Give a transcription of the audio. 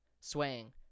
swaying